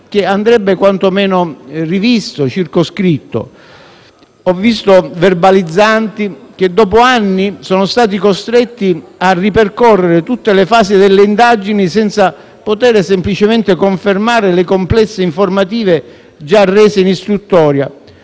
che andrebbe quantomeno rivisto e circoscritto. Ho visto verbalizzanti che, dopo anni, sono stati costretti a ripercorrere tutte le fasi delle indagini, senza poter semplicemente confermare le complesse informative già rese in istruttoria,